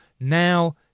now